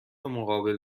مقابل